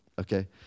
okay